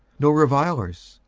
nor revilers,